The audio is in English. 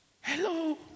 Hello